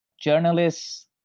Journalists